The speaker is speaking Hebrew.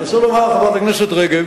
אני רוצה לומר לחברת הכנסת רגב